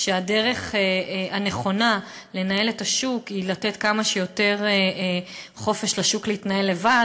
היא שהדרך הנכונה לנהל את השוק היא לתת כמה שיותר חופש לשוק להתנהל לבד,